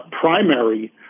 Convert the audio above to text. primary